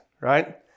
right